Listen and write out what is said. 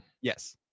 Yes